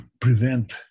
prevent